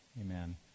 Amen